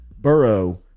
Burrow